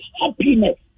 happiness